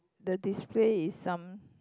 the display is some